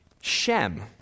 Shem